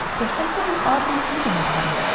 there's something oddly soothing about it.